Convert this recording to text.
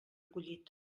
acollit